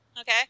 Okay